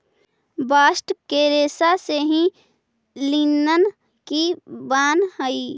bast के रेसा से ही लिनन भी बानऽ हई